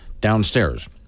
downstairs